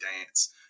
dance